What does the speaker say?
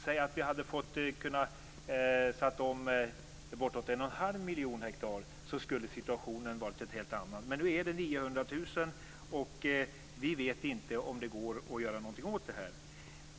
Säg att det hade varit bortåt 1 1⁄2 miljon hektar. Men nu är det 900 000, och vi vet inte om det går att göra något åt det här.